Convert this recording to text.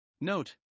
Note